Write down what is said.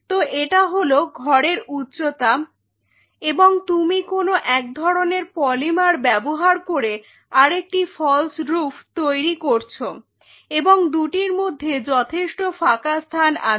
তো এটা হল ঘরের উচ্চতা এবং তুমি কোনো একধরনের পলিমার ব্যবহার করে আরেকটি ফল্স্ রুফ তৈরি করেছ এবং দুটির মধ্যে যথেষ্ট ফাঁকা স্থান আছে